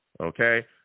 Okay